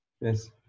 Yes